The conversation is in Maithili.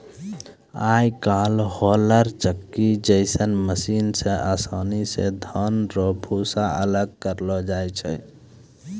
आय काइल होलर चक्की जैसन मशीन से आसानी से धान रो भूसा अलग करलो जाय छै